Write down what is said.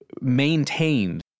maintained